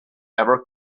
ever